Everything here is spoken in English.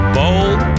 bold